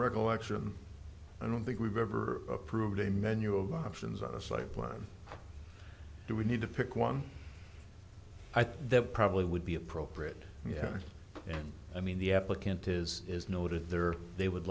recollection i don't think we've ever approved a menu of options on a site plan do we need to pick one i think that probably would be appropriate yeah i mean the applicant is is noted there they would